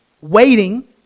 Waiting